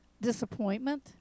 disappointment